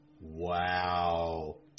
Wow